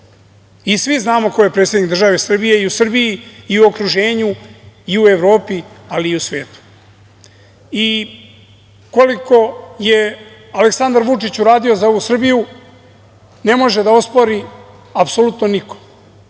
znamo ko je predsednik države Srbije i u Srbiji i u okruženju, i u Evropi, ali i u svetu. Koliko je Aleksandar Vučić uradio za ovu Srbiju, ne može da ospori apsolutno niko.